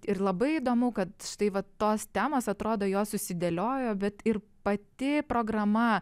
ir labai įdomu kad tai vat tos temos atrodo jos susidėliojo bet ir pati programa